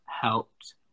helped